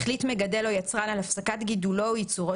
החליט מגדל או יצרן על הפסקת גידולו או ייצורו